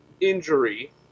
Injury